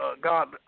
God